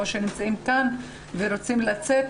או שנמצאים כאן ורוצים לצאת,